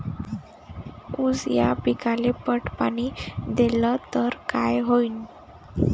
ऊस या पिकाले पट पाणी देल्ल तर काय होईन?